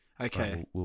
Okay